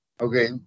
okay